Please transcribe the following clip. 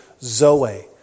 zoe